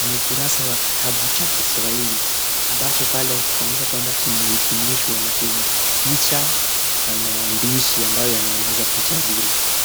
ni ukurasa wa kitabu cha Kiswahili ambacho pale kuonesha kwamba kimeidhinishwa na kina picha na maandishi ambayo yanaeleza picha zile.